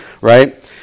right